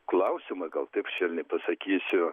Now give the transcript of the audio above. klausimą gal taip švelniai pasakysiu